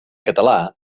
català